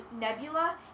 Nebula